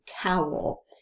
cowl